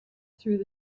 through